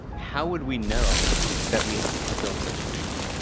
how would we know that we had built such a machine?